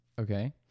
Okay